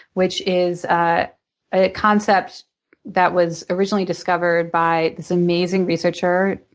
which is ah a concept that was originally discovered by this amazing researcher,